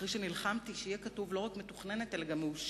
אחרי שנלחמתי שיהיה כתוב לא רק מתוכננת אלא גם מאושרת,